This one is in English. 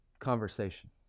conversation